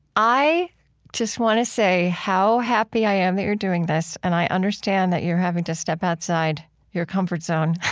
i just want to say how happy i am that you're doing this, and i understand that you're having to step outside your comfort zone.